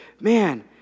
man